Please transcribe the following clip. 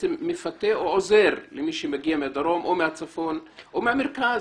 שמפתה או עוזר למי שמגיע מהדרום או מהצפון או מהמרכז,